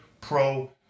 Pro